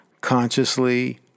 consciously